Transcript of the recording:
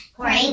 Corey